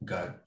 God